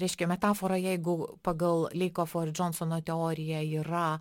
reiškia metafora jeigu pagal leikofo ir džonsono teoriją yra